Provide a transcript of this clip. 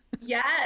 Yes